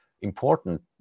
important